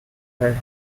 had